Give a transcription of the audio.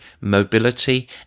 mobility